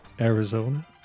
Arizona